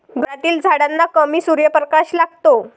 घरातील झाडांना कमी सूर्यप्रकाश लागतो